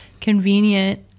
convenient